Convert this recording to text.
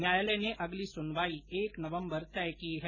न्यायालय ने अगली सुनवाई एक नवंबर तय की है